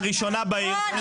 הראשונה בעיר.